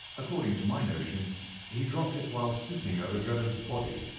according to my notion he dropped it while stooping over drebber's body,